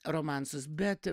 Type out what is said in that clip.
romansus bet